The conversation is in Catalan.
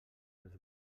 els